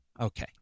Okay